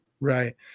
Right